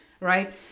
right